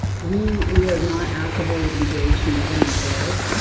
we we are not actively engaged in government affairs,